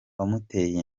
wamuteye